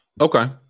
Okay